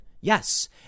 Yes